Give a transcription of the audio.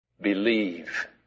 Believe